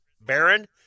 baron